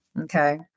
Okay